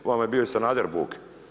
Vama je bio i Sanader Bog.